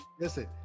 Listen